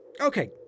Okay